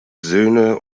söhne